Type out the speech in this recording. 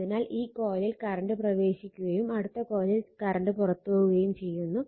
അതിനാൽ ഒരു കോയിലിൽ കറണ്ട് പ്രവേശിക്കുകയും അടുത്ത കൊയിലിൽ കറണ്ട് പുറത്തു പോവുകയും ചെയ്യുന്നു